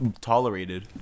tolerated